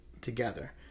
together